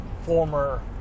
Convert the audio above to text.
former